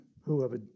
whoever